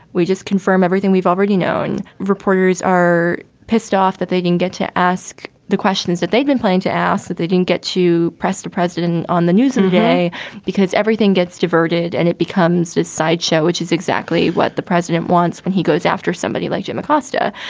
we just confirm everything we've already known. reporters are pissed off that they didn't get to ask the questions that they'd been planning to ask, that they didn't get to press the president on the news and day because everything gets diverted and it becomes a sideshow, which is exactly what the president wants. and he goes after somebody like jim acosta.